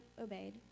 obeyed